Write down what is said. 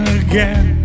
again